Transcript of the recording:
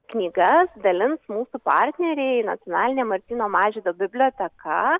knygas dalins mūsų partneriai nacionalinė martyno mažvydo biblioteka